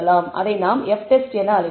அதை நாம் F test என அழைக்கிறோம்